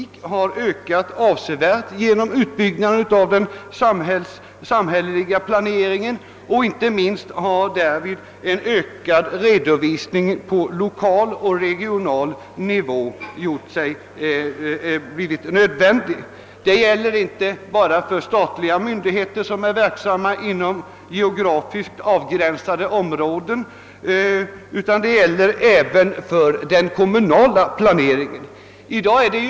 Behovet därav har ökat avsevärt genom utbyggnaden av den samhälleliga planeringen. Inte minst har därvid en ökad redovisning på lokal och regional nivå blivit nödvändig. Detta gäller inte bara för statliga myndigheter som är verksamma inom geografiskt avgränsade områden utan även för kommunala myndigheter vid deras planering.